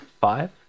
five